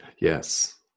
Yes